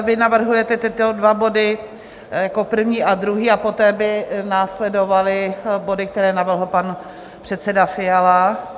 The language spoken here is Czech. Vy navrhujete tyto dva body jako první a druhý a poté by následovaly body, které navrhl pan předseda Fiala.